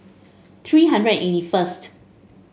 three hundred and eighty first